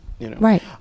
Right